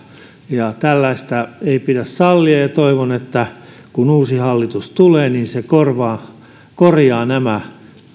tällaista ei pidä sallia ja ja toivon että kun uusi hallitus tulee se korjaa nämä